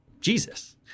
Jesus